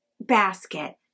basket